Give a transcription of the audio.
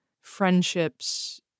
friendships